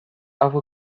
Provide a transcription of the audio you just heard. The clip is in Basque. hau